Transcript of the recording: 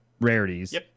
rarities